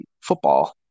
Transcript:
football